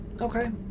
Okay